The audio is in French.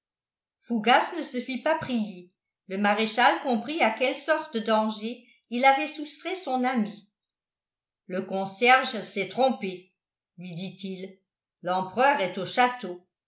fougas ne se fit pas prier le maréchal comprit à quelle sorte de danger il avait soustrait son ami le concierge s'est trompé lui dit-il l'empereur est au château